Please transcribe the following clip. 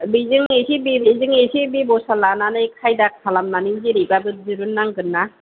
बेजों एसे बेजों एसे बेबसथा लानानै खायदा खालामनानै जेरैबाबो दिरुन नांगोनना